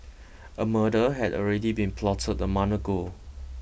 a murder had already been plotted a month ago